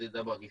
זה דבר ראשון.